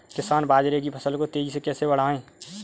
किसान बाजरे की फसल को तेजी से कैसे बढ़ाएँ?